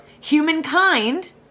humankind